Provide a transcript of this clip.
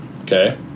Okay